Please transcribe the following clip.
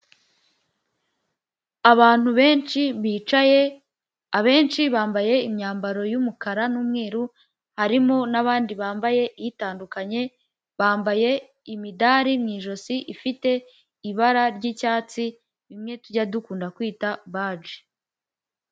Abantu benshi bicaye, abenshi bambaye imyambaro y'umukara n'umweru, harimo n'abandi bambaye itandukanye, bambaye imidari mu ijosi ifite ibara ry'icyatsi imwe tujya dukunda kwita baji.